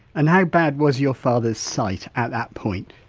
and how bad was your father's sight at that point?